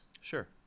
sure